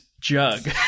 jug